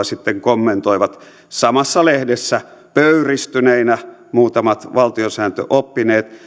sitten kommentoivat samassa lehdessä pöyristyneinä muutamat valtiosääntöoppineet